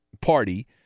party